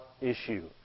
issue